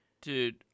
Dude